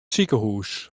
sikehûs